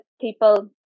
people